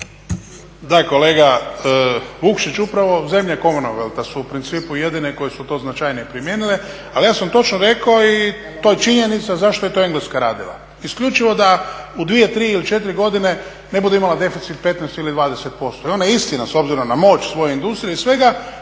Da, kolega Vukšić, upravo zemlje Commonwealtha su u principu jedine koje su to značajnije primijenile, ali ja sam točno rekao i to je činjenica zašto je to Engleska radila. Isključivo da u dvije, tri ili četiri godine ne bude imala deficit 15 ili 20%. I ono je istina, s obzirom na moć svoje industrije i svega